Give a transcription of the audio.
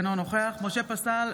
אינו נוכח משה פסל,